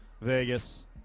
Vegas